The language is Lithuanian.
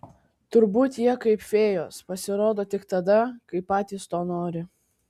turbūt jie kaip fėjos pasirodo tik tada kai patys to nori